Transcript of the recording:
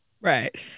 Right